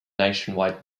nationwide